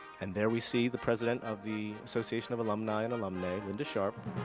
and there we see the president of the association of alumni and alumnae, linda sharpe,